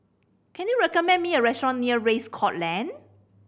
can you recommend me a restaurant near Race Course Lane